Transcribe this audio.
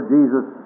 Jesus